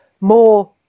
more